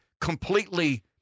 completely